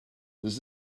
does